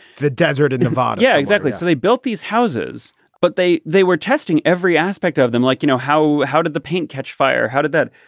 the desert in nevada. yeah exactly. so they built these houses but they they were testing every aspect of them like you know how how did the paint catch fire. how did that.